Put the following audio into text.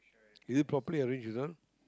is it properly arrange this one